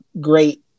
great